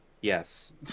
Yes